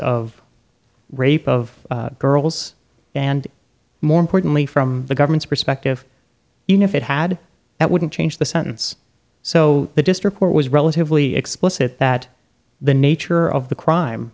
of rape of girls and more importantly from the government's perspective you know if it had that wouldn't change the sentence so the district court was relatively explicit that the nature of the crime